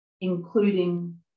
including